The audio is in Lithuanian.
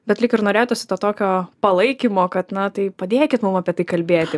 bet lyg ir norėtųsi to tokio palaikymo kad na tai padėkit mum apie tai kalbėti